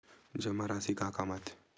जमा राशि का काम आथे?